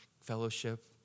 fellowship